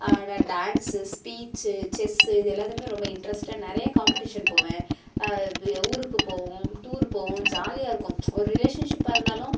நான் dance speech chess இது எல்லாத்திலயுமே ரொம்ப இன்ட்ரெஸ்ட்டாக நிறைய காம்ப்படிஷன் போவேன் ஊருக்கு போவோம் டூர் போவோம் ஜாலியாக இருக்கும் ஒரு ரிலேஷன்ஷிப்பாக இருந்தாலும்